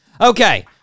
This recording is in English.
Okay